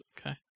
Okay